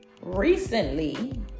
recently